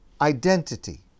identity